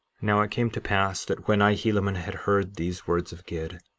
now it came to pass that when i, helaman, had heard these words of gid,